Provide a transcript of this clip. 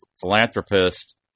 philanthropist